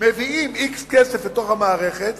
מביאים x כסף לתוך המערכת